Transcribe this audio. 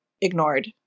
ignored